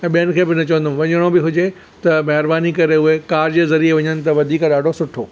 ऐं ॿियनि खे बि न चवंदमि वञिणो बि हुजे त महिरबानी करे उहे कार जे ज़रीए वञनि त वधीक ॾाढो सुठो